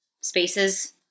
spaces